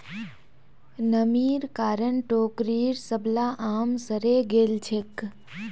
नमीर कारण टोकरीर सबला आम सड़े गेल छेक